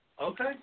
Okay